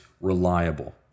reliable